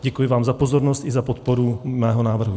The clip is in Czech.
Děkuji vám za pozornost i za podporu mého návrhu.